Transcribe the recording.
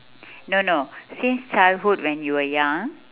no no since childhood when you were young